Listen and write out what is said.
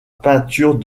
peinture